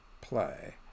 play